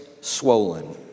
swollen